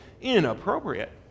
inappropriate